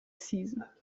season